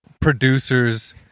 producers